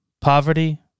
Poverty